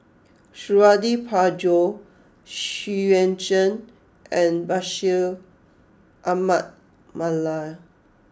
Suradi Parjo Xu Yuan Zhen and Bashir Ahmad Mallal